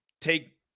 take